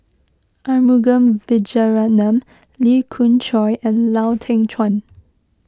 Arumugam Vijiaratnam Lee Khoon Choy and Lau Teng Chuan